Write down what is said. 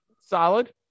Solid